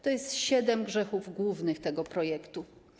To jest siedem grzechów głównych tego projektu.